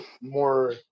more